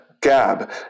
Gab